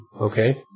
okay